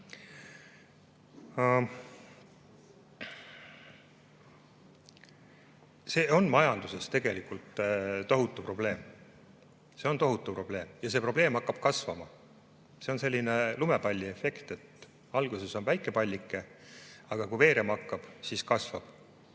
See on majanduses tegelikult tohutu probleem. See on tohutu probleem ja see probleem hakkab kasvama. See on selline lumepalliefekt, et alguses on väike pallike, aga kui veerema hakkab, siis kasvab.